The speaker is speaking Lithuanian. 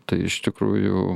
tai iš tikrųjų